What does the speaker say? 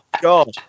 God